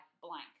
blank